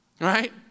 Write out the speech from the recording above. right